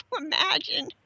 imagine